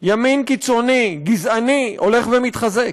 ימין קיצוני גזעני הולך ומתחזק,